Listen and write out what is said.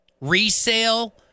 resale